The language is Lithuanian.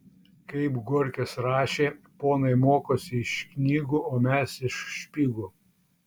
kaip gorkis rašė ponai mokosi iš knygų o mes iš špygų